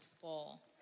fall